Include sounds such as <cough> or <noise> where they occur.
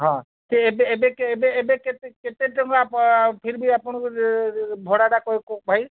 ହଁ ଏବେ ଏବେ ଏବେ ଏବେ କେତେ କେତେ ଟଙ୍କା <unintelligible> ଫିର୍ ବି ଆପଣଙ୍କୁ ଭଡ଼ାଟା କହୁ ଭାଇ